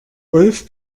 ulf